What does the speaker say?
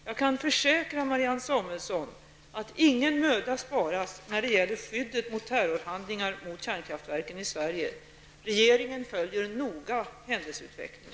Jag kan försäkra Marianne Samuelsson att ingen möda sparas när det gäller skyddet mot terrorhandlingar mot kärnkraftverken i Sverige. Regeringen följer noga händelseutvecklingen.